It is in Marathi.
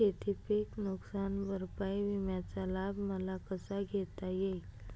शेतीपीक नुकसान भरपाई विम्याचा लाभ मला कसा घेता येईल?